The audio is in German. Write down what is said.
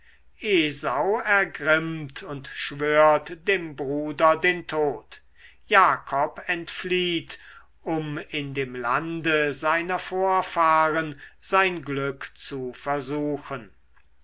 esau ergrimmt und schwört dem bruder den tod jakob entflieht um in dem lande seiner vorfahren sein glück zu versuchen